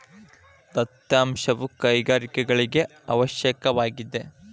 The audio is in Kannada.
ದತ್ತಾಂಶವು ಕೈಗಾರಿಕೆಗಳಿಗೆ ಅವಶ್ಯಕವಾಗಿದೆ